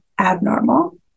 abnormal